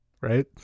Right